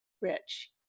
Rich